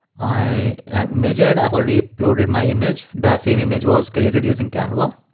i mean ah i've already uploaded my image, the same image was created using canva.